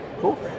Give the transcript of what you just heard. Cool